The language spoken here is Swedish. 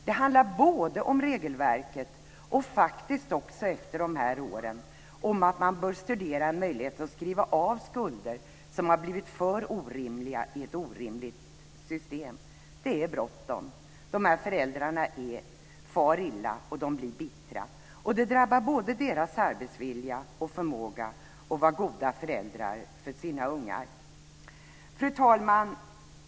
Det handlar både om regelverket och faktiskt också efter de här åren om att man bör studera möjligheten att skriva av skulder som har blivit för orimliga i ett orimligt system. Det är bråttom. De här föräldrarna far illa och blir bittra. Det drabbar både deras arbetsvilja och deras förmåga att vara goda föräldrar för sina ungar. Fru talman!